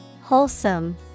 Wholesome